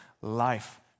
life